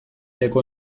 leku